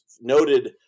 noted